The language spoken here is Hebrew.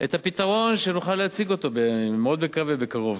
את הפתרון שנוכל להציג אותו, מאוד מקווה בקרוב.